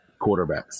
quarterbacks